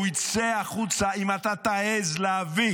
הוא יצא החוצה אם אתה תעז להביא